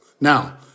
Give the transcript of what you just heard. Now